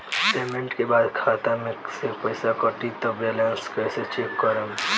Payment के बाद खाता मे से पैसा कटी त बैलेंस कैसे चेक करेम?